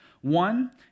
One